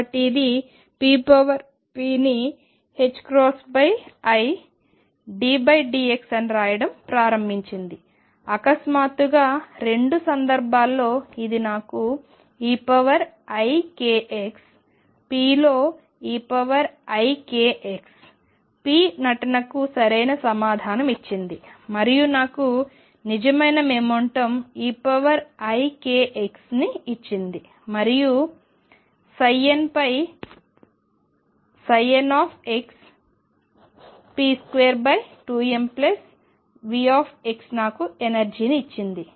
కాబట్టి ఇది p ని iddx అనిరాయడం ప్రారంభించింది అకస్మాత్తుగా రెండు సందర్భాల్లో ఇది నాకు eikx p లో eikx p నటనకు సరైన సమాధానం ఇచ్చింది మరియు నాకు నిజమైన మొమెంటం eikxని ఇచ్చింది మరియు n పై n p22mVx నాకు ఎనర్జీ ని ఇచ్చింది